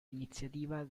iniziativa